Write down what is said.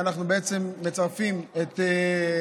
התשפ"א 2020,